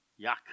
Yuck